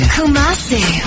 Kumasi